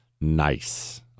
Nice